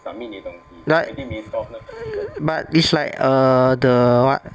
but but is like err the err what